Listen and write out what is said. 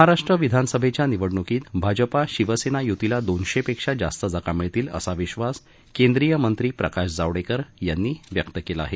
महाराष्ट्र विधानसभेच्या निवडणुकीत भाजपा शिवसेना युतीला दोनशेपेक्षा जास्त जागा मिळतील असा विधास केंद्रीय मंत्री प्रकाश जावडेकर यांनी व्यक्त केला आहे